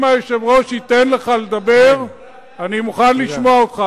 ייתן לך לדבר אני מוכן לשמוע אותך,